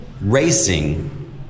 Racing